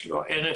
יש לו ערך.